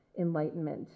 enlightenment